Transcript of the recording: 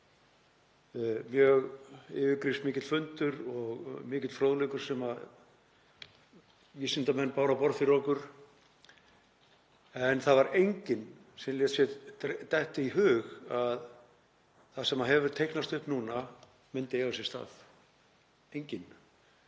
mjög yfirgripsmikill fundur og mikill fróðleikur sem vísindamenn báru á borð fyrir okkur. En það var enginn sem lét sér detta í hug að það sem hefur teiknast upp núna myndi eiga sér stað, enginn.